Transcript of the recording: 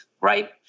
right